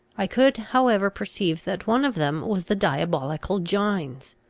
i could however perceive that one of them was the diabolical gines.